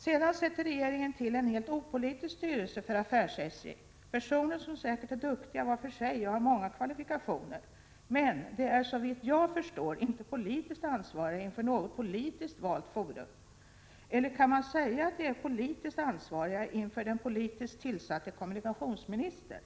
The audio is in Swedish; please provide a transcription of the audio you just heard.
Sedan tillsätter regeringen en helt opolitisk styrelse för affärs-SJ bestående av personer som säkert är duktiga i och för sig och har många kvalifikationer. Men de är, såvitt jag förstår, inte politiskt ansvariga inför något politiskt valt forum. Eller kan man säga att de är politiskt ansvariga inför den politiskt tillsatte kommunikationsministern?